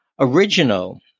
original